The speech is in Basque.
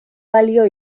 balio